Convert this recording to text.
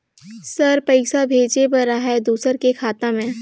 Sir पइसा भेजे बर आहाय दुसर के खाता मे?